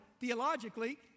theologically